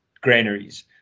granaries